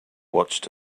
watched